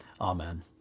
Amen